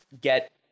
get